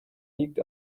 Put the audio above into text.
liegt